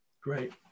Great